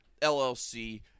LLC